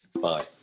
Bye